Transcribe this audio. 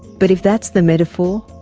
but if that's the metaphor,